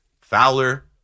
Fowler